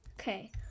Okay